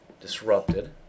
Disrupted